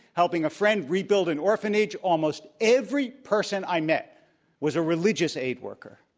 helping a friend rebuild an orphanage. almost every person i met was a religious aid worker.